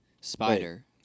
Spider